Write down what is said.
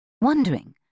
Wondering